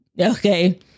Okay